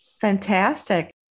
Fantastic